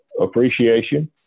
appreciation